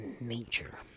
nature